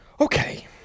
Okay